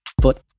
Foot